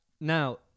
Now